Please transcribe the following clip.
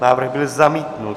Návrh byl zamítnut.